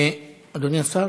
אדוני השר,